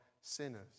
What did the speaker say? sinners